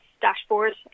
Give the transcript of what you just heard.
dashboard